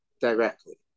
directly